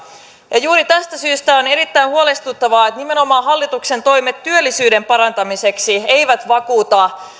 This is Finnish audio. ja juuri tästä syystä on erittäin huolestuttavaa että nimenomaan hallituksen toimet työllisyyden parantamiseksi eivät vakuuta